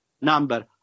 number